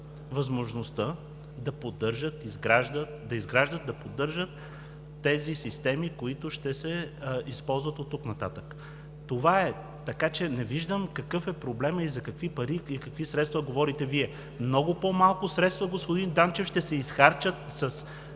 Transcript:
възможността да изграждат, да поддържат тези системи, които ще се използват оттук нататък. Това е, така че не виждам какъв е проблемът и за какви средства говорите Вие. Много по-малко средства, господин Данчев, ще се изхарчат с